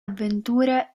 avventure